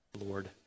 Lord